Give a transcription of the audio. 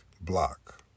block